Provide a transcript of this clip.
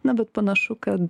na bet panašu kad